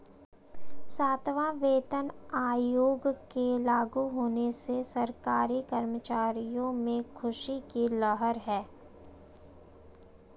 सातवां वेतन आयोग के लागू होने से सरकारी कर्मचारियों में ख़ुशी की लहर है